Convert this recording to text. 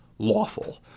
lawful